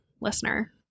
listener